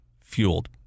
fueled